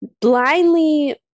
blindly